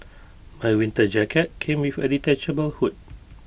my winter jacket came with A detachable hood